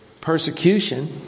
Persecution